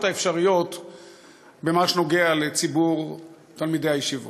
האפשריות במה שקשור לציבור תלמידי הישיבות.